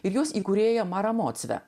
ir jos įkūrėją marą moksle